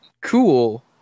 cool